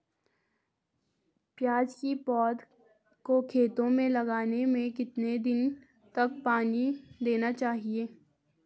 प्याज़ की पौध को खेतों में लगाने में कितने दिन तक पानी देना चाहिए?